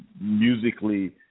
musically